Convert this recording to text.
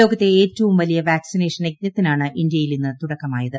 ലോകത്തെ ഏറ്റവും വലിയ വാക്സിനേഷൻ യജ്ഞത്തിനാണ് ഇന്ത്യയിൽ ഇന്ന് തുടക്കമായത്